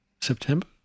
september